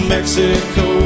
Mexico